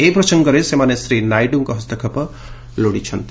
ଏ ପ୍ରସଙ୍ଗରେ ସେମାନେ ଶ୍ରୀ ନାଇଡ଼ୁଙ୍କ ହସ୍ତକ୍ଷେପ ଲୋଡ଼ି ଚ୍ଚିନ୍ତି